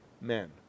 men